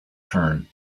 turn